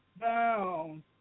down